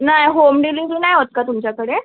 नाही home delivery नाही होत का तुमच्याकडे